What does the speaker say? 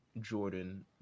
Jordan